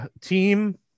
team